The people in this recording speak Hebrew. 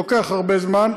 זה לוקח הרבה זמן,